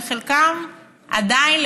וחלקם עדיין,